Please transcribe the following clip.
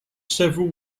several